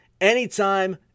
anytime